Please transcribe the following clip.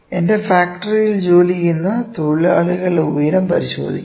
എന്റെ ഫാക്ടറിയിൽ ജോലി ചെയ്യുന്ന തൊഴിലാളികളുടെ ഉയരം പരിശോധിക്കാം